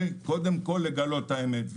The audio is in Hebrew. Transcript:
קודם כל לגלות את האמת.